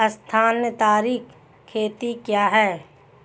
स्थानांतरित खेती क्या है?